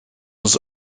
was